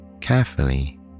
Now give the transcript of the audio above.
Carefully